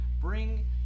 bring